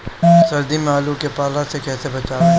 सर्दी में आलू के पाला से कैसे बचावें?